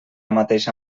mateixa